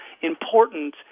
important